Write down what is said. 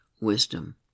wisdom